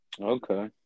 Okay